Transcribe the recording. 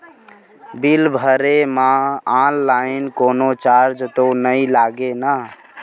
Bill भरे मा online कोनो चार्ज तो नई लागे ना?